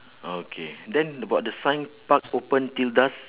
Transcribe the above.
okay then about the sign park open till dusk